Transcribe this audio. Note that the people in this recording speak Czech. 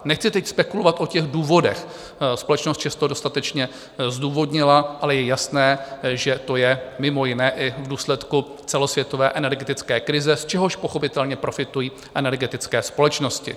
Nechci teď spekulovat o důvodech, společnost ČEZ to dostatečně zdůvodnila, ale je jasné, že to je mimo jiné i v důsledku celosvětové energetické krize, z čehož pochopitelně profitují energetické společnosti.